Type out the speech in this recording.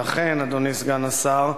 ולכן, אדוני סגן השר,